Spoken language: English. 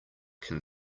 can